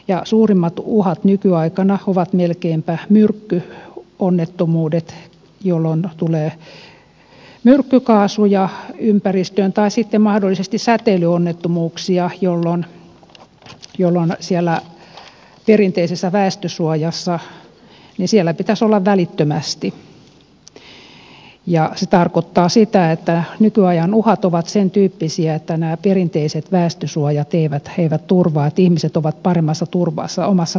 melkeinpä suurimmat uhat nykyaikana ovat myrkkyonnettomuudet jolloin tulee myrkkykaasuja ympäristöön tai sitten mahdollisesti säteilyonnettomuudet jolloin siellä perinteisessä väestösuojassa pitäisi olla välittömästi ja se tarkoittaa sitä että nykyajan uhat ovat sen tyyppisiä että nämä perinteiset väestösuojat eivät turvaa vaan että ihmiset ovat paremmassa turvassa omassa kodissaan